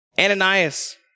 Ananias